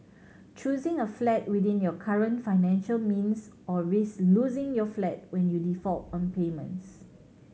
choosing a flat within your current financial means or risk losing your flat when you default on payments